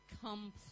complete